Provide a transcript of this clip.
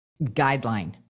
guideline